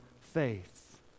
faith